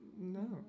No